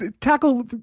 tackle